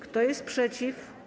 Kto jest przeciw?